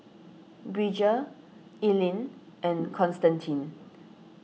Bridger Ellyn and Constantine